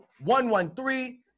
one-one-three